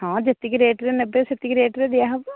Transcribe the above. ହଁ ଯେତିକି ରେଟ୍ରେ ନେବେ ସେତିକି ରେଟ୍ରେ ଦିଆହେବ